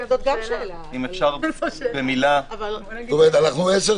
אני חושב שכשאנחנו עושים